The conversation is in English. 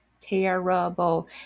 Terrible